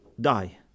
die